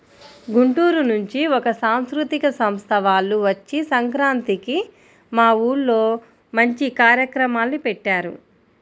గుంటూరు నుంచి ఒక సాంస్కృతిక సంస్థ వాల్లు వచ్చి సంక్రాంతికి మా ఊర్లో మంచి కార్యక్రమాల్ని పెట్టారు